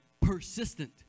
persistent